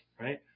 right